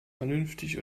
vernünftig